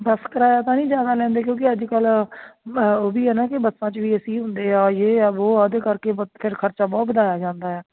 ਬੱਸ ਕਰਾਇਆ ਤਾਂ ਨਹੀਂ ਜ਼ਿਆਦਾ ਲੈਂਦੇ ਕਿਉਂਕਿ ਅੱਜ ਕੱਲ੍ਹ ਉਹ ਵੀ ਆ ਨਾ ਕਿ ਬੱਸਾਂ 'ਚ ਵੀ ਏ ਸੀ ਹੁੰਦੇ ਆ ਯੇ ਆ ਵੋ ਆ ਉਹਦੇ ਕਰਕੇ ਬਸ ਫਿਰ ਖਰਚਾ ਬਹੁਤ ਵਧਾਇਆ ਜਾਂਦਾ ਆ